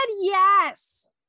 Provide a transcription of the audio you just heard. Yes